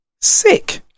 Sick